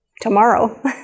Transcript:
tomorrow